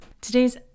today's